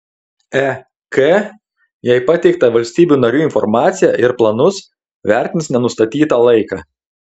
ek jai pateiktą valstybių narių informaciją ir planus vertins nenustatytą laiką